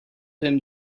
him